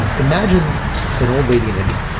imagine an old lady in india,